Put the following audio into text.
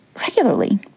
regularly